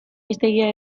hiztegia